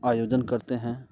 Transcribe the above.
आयोजन करते हैं